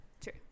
True